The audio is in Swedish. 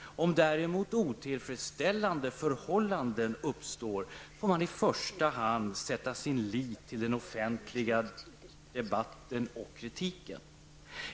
Om däremot otillfredsställande förhållanden uppstår, får man i första hand sätta sin lit till den offentliga debatten och kritiken.